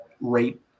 rate